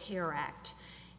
care act